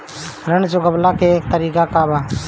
ऋण चुकव्ला के तरीका का बा?